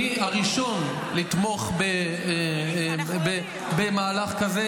אני הראשון לתמוך במהלך כזה.